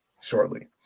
shortly